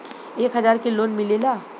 एक हजार के लोन मिलेला?